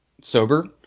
sober